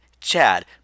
Chad